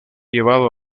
llevado